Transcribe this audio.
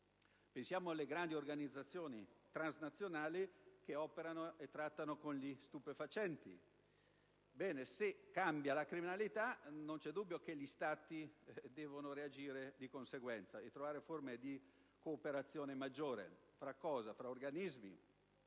(pensiamo alle grandi organizzazioni transnazionali che operano nel settore del traffico degli stupefacenti). Se cambia la criminalità, non c'è dubbio che gli Stati debbano reagire di conseguenza e trovare forme di cooperazione maggiore tra organismi,